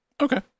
Okay